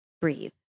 breathe